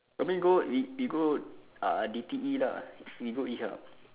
coming go if we go uh D T E lah we go E Hub